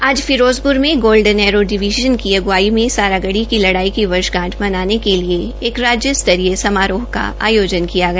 आज फिरोजप्र में golden arrow division की अग्वाई में सारागढ़ी की लड़ाई की वर्षगांठ मनाने के एक राज्य स्तरीय समारोह का आयोजन किया गया